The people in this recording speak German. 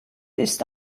ist